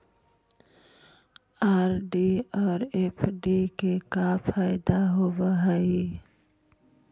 RD और FD के का फायदा होव हई?